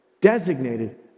designated